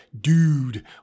dude